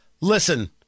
Listen